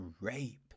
rape